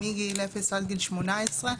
הוא מגיל אפס עד גיל 18,